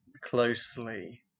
closely